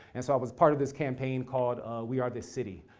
and so, i was part of this campaign called we are the city.